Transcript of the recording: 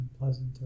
unpleasant